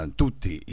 tutti